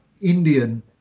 Indian